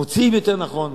מוציאים, יותר נכון.